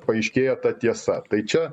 paaiškėja ta tiesa tai čia